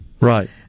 Right